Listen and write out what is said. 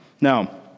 Now